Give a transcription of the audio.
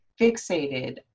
fixated